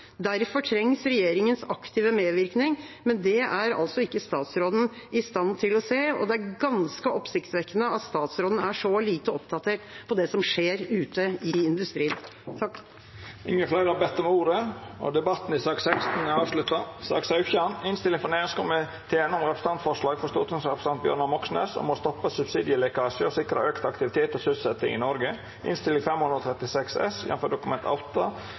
Derfor trengs regjeringas aktive medvirkning, men det er altså ikke statsråden i stand til å se, og det er ganske oppsiktsvekkende at statsråden er så lite oppdatert på det som skjer ute i industrien. Fleire har ikkje bedt om ordet til sak nr. 16. Etter ynske frå næringskomiteen vil presidenten ordna debatten